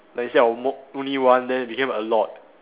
like instead of mo~ only one then it became a lot